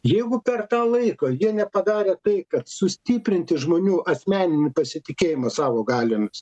jeigu per tą laiką jie nepadarė tai kad sustiprinti žmonių asmeniniu pasitikėjimą savo galiomis